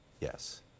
Yes